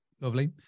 Lovely